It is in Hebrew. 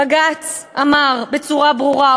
בג"ץ אמר בצורה ברורה,